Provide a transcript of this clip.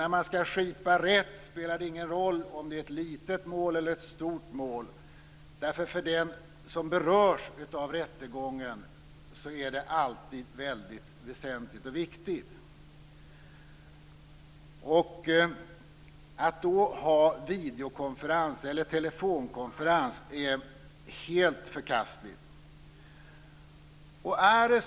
När man skall skipa rätt spelar det ingen roll om det är ett litet mål eller ett stort mål. För den som berörs av rättegången är det alltid väldigt väsentligt och viktigt. Att då ha videokonferens eller telefonkonferens är helt förkastligt.